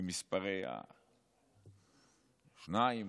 מספר שתיים,